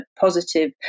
positive